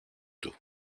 του